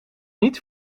niet